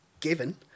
given